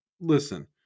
listen